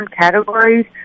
categories